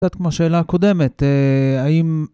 קצת כמו השאלה הקודמת, האם...